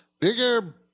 bigger